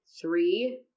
Three